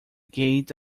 gate